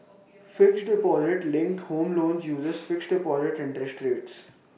fixed deposit linked home loans uses fixed deposit interest rates